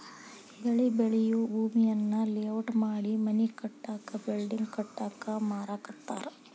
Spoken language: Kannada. ಬೆಳಿ ಬೆಳಿಯೂ ಭೂಮಿಯನ್ನ ಲೇಔಟ್ ಮಾಡಿ ಮನಿ ಕಟ್ಟಾಕ ಬಿಲ್ಡಿಂಗ್ ಕಟ್ಟಾಕ ಮಾರಾಕತ್ತಾರ